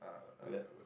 ya